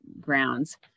grounds